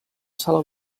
sala